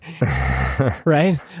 right